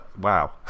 wow